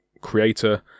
creator